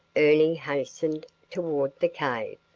ernie hastened toward the cave,